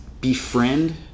befriend